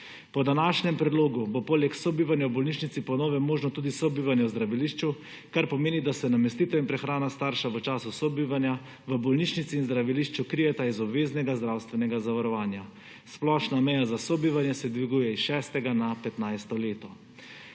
Po današnjem predlogu bo poleg sobivanja v bolnišnici po novem možno tudi sobivanje v zdravilišču, kar pomeni, da se namestitev in prehrana starša v času sobivanja v bolnišnici in zdravilišču krijeta iz obveznega zdravstvenega zavarovanja. Splošna meja za sobivanje se dviguje s šestega na 15. leto.